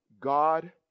God